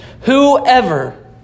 whoever